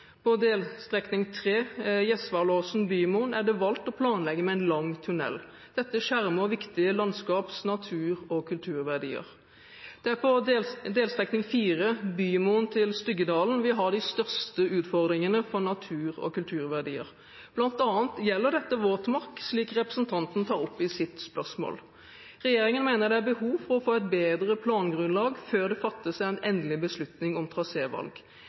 På delstrekning 3, Gjesvalåsen–Bymoen, er det valgt å planlegge med en lang tunnel. Dette skjermer viktige landskaps-, natur- og kulturverdier. Det er på delstrekning 4, Bymoen–Styggedalen, vi har de største utfordringene for natur- og kulturverdier. Blant annet gjelder dette våtmark, slik representanten tar opp i sitt spørsmål. Regjeringen mener det er behov for å få et bedre plangrunnlag før det fattes en endelig beslutning om